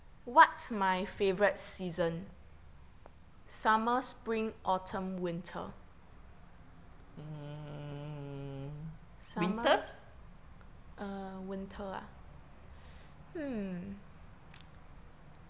mm winter